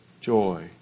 joy